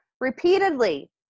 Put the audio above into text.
repeatedly